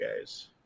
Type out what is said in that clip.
guys